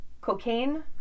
Cocaine